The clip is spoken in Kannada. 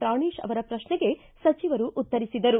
ಪ್ರಾಣೇಶ್ ಅವರ ಪ್ರಶ್ನೆಗೆ ಸಚಿವರು ಉತ್ತರಿಸಿದರು